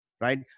right